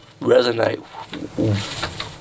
resonate